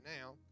now